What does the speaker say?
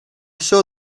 saw